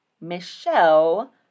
Michelle